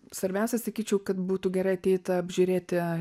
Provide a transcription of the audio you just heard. svarbiausia sakyčiau kad būtų gerai ateit apžiūrėti